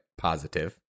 positive